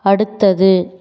அடுத்தது